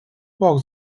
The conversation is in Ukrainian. бог